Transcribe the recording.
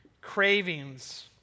cravings